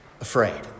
afraid